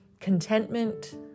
contentment